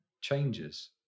changes